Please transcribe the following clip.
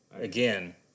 again